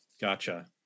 Gotcha